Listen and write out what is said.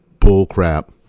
bullcrap